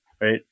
right